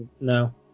No